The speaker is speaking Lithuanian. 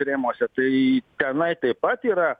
rėmuose tai tenai taip pat yra